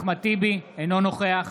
אינו נוכח